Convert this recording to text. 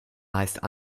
meistens